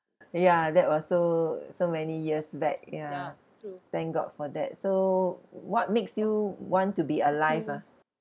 ya that was so so many years back ya thank god for that so what makes you want to be alive ah